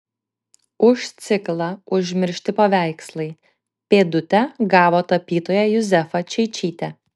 už ciklą užmiršti paveikslai pėdutę gavo tapytoja juzefa čeičytė